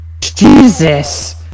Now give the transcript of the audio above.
Jesus